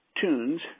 tunes